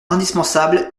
indispensable